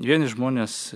vieni žmonės